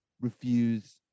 refuse